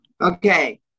okay